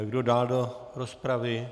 Kdo dál do rozpravy?